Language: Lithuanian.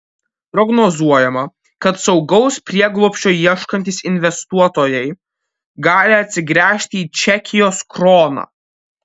prognozuojama kad saugaus prieglobsčio ieškantys investuotojai gali atsigręžti į čekijos kroną